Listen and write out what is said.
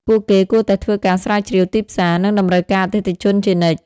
ពួកគេគួរតែធ្វើការស្រាវជ្រាវទីផ្សារ និងតម្រូវការអតិថិជនជានិច្ច។